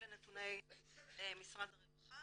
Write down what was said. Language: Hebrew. אלא נתונים משרד הרווחה